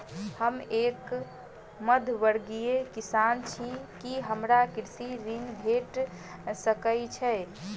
हम एक मध्यमवर्गीय किसान छी, की हमरा कृषि ऋण भेट सकय छई?